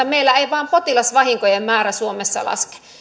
meillä ei vain potilasvahinkojen määrä laske